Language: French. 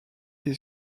été